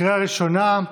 לקריאה ראשונה.